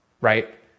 right